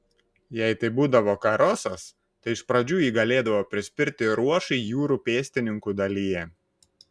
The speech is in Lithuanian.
jei tai būdavo karosas tai iš pradžių jį galėdavo prispirti ruošai jūrų pėstininkų dalyje